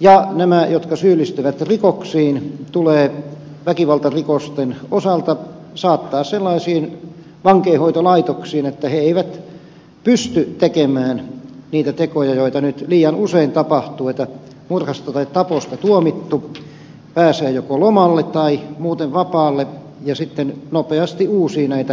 ja nämä jotka syyllistyvät rikoksiin tulee väkivaltarikosten osalta saattaa sellaisiin vankeinhoitolaitoksiin että he eivät pysty tekemään niitä tekoja joita nyt liian usein tapahtuu että murhasta tai taposta tuomittu pääsee joko lomalle tai muuten vapaalle ja sitten nopeasti uusii näitä tekojaan